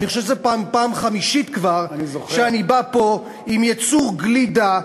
אני חושב שזו פעם חמישית כבר שאני בא פה עם ייצור גלידה,